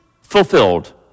fulfilled